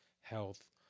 Health